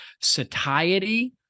satiety